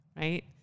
right